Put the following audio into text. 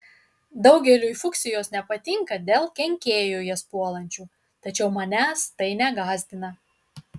daugeliui fuksijos nepatinka dėl kenkėjų jas puolančių tačiau manęs tai negąsdina